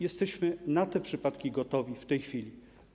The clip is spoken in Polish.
Jesteśmy na te przypadki gotowi w tej chwili.